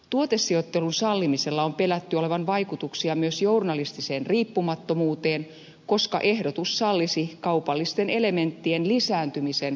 tuotesijoittelun sallimisella on pelätty olevan vaikutuksia myös journalistiseen riippumattomuuteen koska ehdotus sallisi kaupallisten elementtien lisääntymisen ohjelmien sisällä